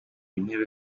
intebe